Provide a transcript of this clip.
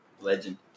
Legend